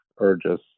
urges